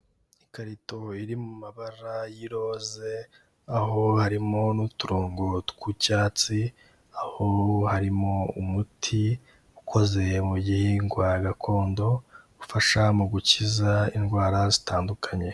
Ikarito iri mu mabara y'iroze, aho harimo n'uturongo tw'icyatsi, aho harimo umuti ukoze mu gihingwa gakondo, ufasha mu gukiza indwara zitandukanye.